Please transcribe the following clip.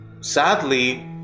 sadly